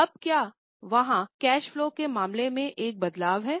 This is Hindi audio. अब क्या वहाँ कैश फलो के मामले में एक बदलाव है